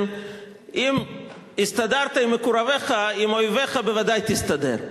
אם הסתדרת עם מקורביך, עם אויביך בוודאי תסתדר.